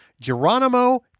Geronimo